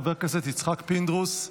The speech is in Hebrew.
חבר הכנסת יצחק פינדרוס,